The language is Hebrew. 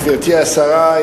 גברתי השרה,